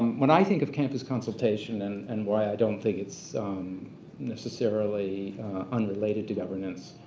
when i think of campus consultation and and why i don't think it's necessarily unrelated to governance.